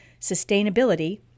sustainability